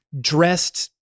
dressed